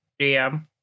GM